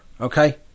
okay